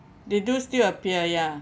they do still appear ya